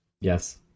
Yes